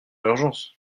l’urgence